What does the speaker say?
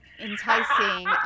enticing